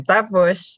Tapos